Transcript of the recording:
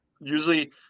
Usually